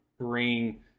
bring